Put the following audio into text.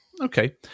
Okay